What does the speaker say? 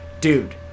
dude